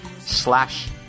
slash